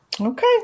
okay